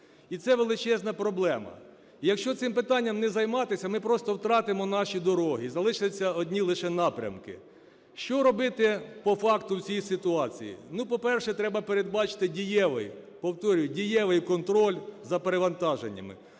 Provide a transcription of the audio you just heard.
І це величезна проблема. Якщо цим питання мне займатися, ми просто втратимо наші дороги і залишаться одні лише напрямки. Що робити по факту в цій ситуації? Ну, по-перше, треба передбачити дієвий, повторюю, дієвий контроль за перевантаженнями.